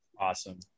Awesome